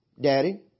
Daddy